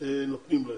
נותנים להם.